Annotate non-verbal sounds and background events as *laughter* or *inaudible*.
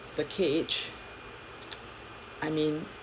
the cage *noise* I mean